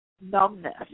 numbness